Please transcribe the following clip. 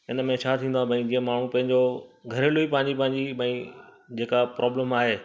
हिन में छा थींदो आहे भई जीअं माण्हू पंहिंजो घरेलू ई पंहिंजी पंहिंजी भई जेका प्रॉब्लम आहे